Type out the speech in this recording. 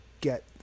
get